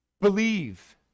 Believe